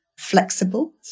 Flexible